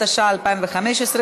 התשע"ה 2015,